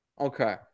Okay